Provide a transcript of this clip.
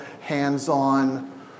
hands-on